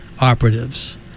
operatives